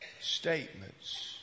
statements